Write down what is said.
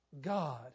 God